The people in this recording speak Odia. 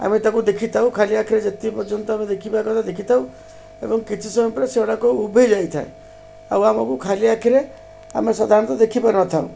ଆମେ ତାକୁ ଦେଖିଥାଉ ଖାଲି ଆଖିରେ ଯେତିକି ପର୍ଯ୍ୟନ୍ତ ଆମେ ଦେଖିବା କଥା ଦେଖିଥାଉ ଏବଂ କିଛି ସମୟ ପରେ ସେଗୁଡ଼ାକ ଉଭେଇ ଯାଇଥାଏ ଆଉ ଆମକୁ ଖାଲି ଆଖିରେ ଆମେ ସାଧାରଣତଃ ଦେଖିପାରିନଥାଉ